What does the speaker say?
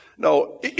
No